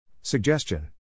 Suggestion